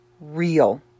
real